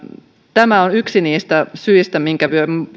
tämä on yksi niistä syistä minkä